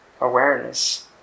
awareness